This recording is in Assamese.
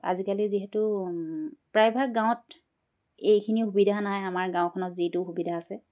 আজিকালি যিহেতু প্ৰায়ভাগ গাঁৱত এইখিনি সুবিধা নাই আমাৰ গাঁওখনত যিটো সুবিধা আছে